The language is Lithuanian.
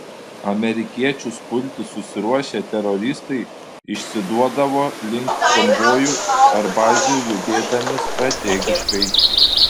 amerikiečius pulti susiruošę teroristai išsiduodavo link konvojų ar bazių judėdami strategiškai